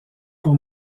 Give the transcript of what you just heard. pour